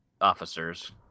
officers